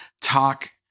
talk